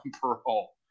parole